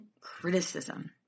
criticism